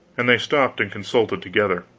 and they stopped and consulted together.